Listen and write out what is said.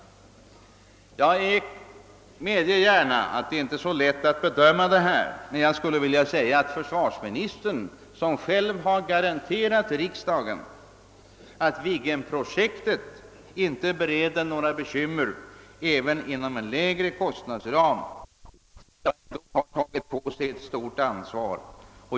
Jag medger gärna att det inte är så lätt att bedöma detta, men jag tror ändå att försvarsministern, som själv har garanterat riksdagen att Viggenprojektet inte föranleder några bekymmer ens inom en lägre kostnadsram, har tagit på sig ett stort ansvar.